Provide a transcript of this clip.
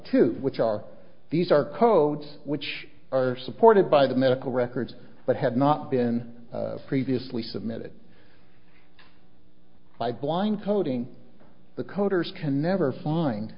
two which are these are codes which are supported by the medical records but had not been previously submitted by blind coding the coders can never find